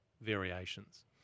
variations